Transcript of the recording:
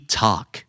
talk